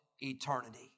eternity